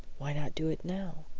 why not do it now?